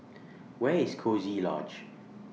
Where IS Coziee Lodge